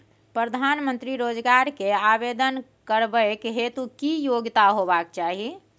प्रधानमंत्री रोजगार के आवेदन करबैक हेतु की योग्यता होबाक चाही?